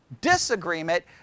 disagreement